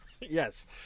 Yes